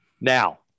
Now